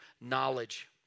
knowledge